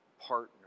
partner